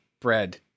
bread